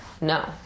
No